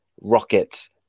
rockets